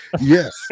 Yes